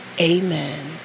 Amen